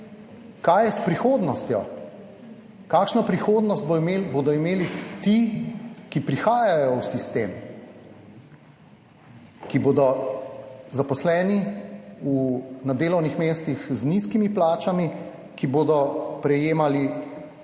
Kaj je s prihodnostjo? Kakšno prihodnost bodo imeli, bodo imeli ti, ki prihajajo v sistem, ki bodo zaposleni na delovnih mestih z nizkimi plačami, ki bodo prejemali